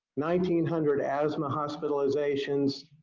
nine hundred asthma hospitalizations,